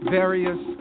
various